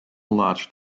large